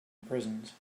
prisons